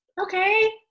Okay